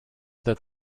that